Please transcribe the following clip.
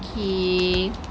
okay